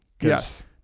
Yes